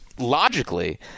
logically